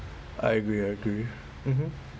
I agree I agree mmhmm